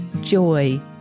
joy